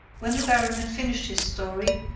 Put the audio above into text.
when the baron had finished his story,